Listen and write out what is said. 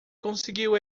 conseguiu